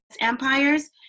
empires